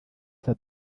saa